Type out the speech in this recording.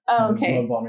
okay